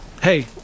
Hey